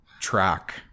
track